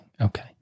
Okay